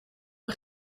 een